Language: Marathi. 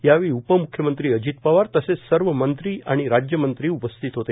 यावेळी उपम्ख्यमंत्री अजित पवार तसेच सर्व मंत्री व राज्यमंत्री उपस्थित होते